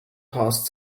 past